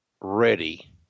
ready